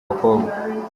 bakobwa